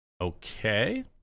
Okay